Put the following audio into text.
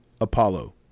Apollo